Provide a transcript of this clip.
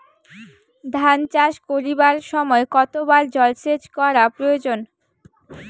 ধান চাষ করিবার সময় কতবার জলসেচ করা প্রয়োজন?